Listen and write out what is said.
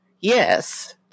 Yes